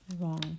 wrong